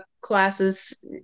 classes